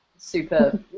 Super